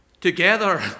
Together